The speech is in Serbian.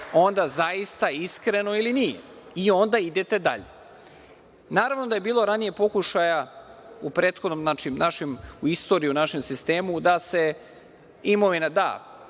onda zaista iskreno ili nije i onda idete dalje. Naravno da je bilo ranije pokušaja u istoriji u našem sistemu da se imovina da